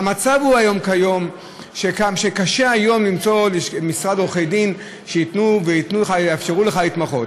והמצב הוא שקשה היום למצוא משרד עורכי דין שיאפשר לך להתמחות.